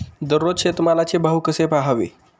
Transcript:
दररोज शेतमालाचे भाव कसे पहावे?